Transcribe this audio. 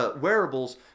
wearables